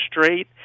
straight